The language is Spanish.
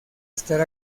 estar